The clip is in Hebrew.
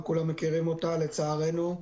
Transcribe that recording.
וכולם מכירים אותה לצערנו,